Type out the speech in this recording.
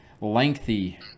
lengthy